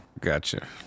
gotcha